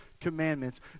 commandments